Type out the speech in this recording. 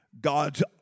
God's